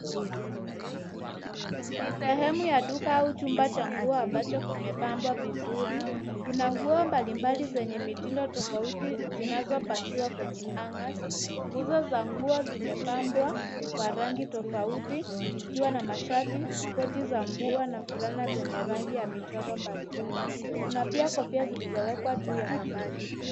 Ni sehemu ya duka au chumba cha nguo ambacho kimepambwa vizuri. Kuna nguo mbalimbali zenye mitindo tofauti zinazopakiwa kwenye hangers .Nguzo za nguo zimepambwa kwa rangi tofauti. Zikiwa na mashati, koti za mvua, na fulana zenye rangi ya michoro mbalimbali. Kuna pia kofia zilizowekwa juu ya kabati.